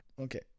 Okay